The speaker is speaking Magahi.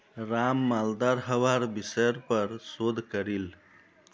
राम मालदार हवार विषयर् पर शोध करील